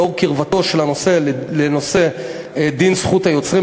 לאור קרבתו של הנושא לנושא דין זכות היוצרים,